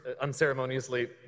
unceremoniously